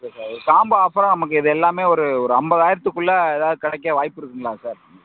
okay sir combo ஆஃபராக நமக்கு இதெல்லாமே ஒரு ஒரு ஐம்பதாயிரத்துக்குள்ள எதாவது கிடைக்க வாய்ப்பு இருக்குதுங்குளா சார்